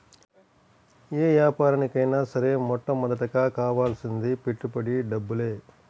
యే యాపారానికైనా సరే మొట్టమొదటగా కావాల్సింది పెట్టుబడి డబ్బులే